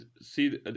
see